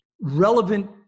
relevant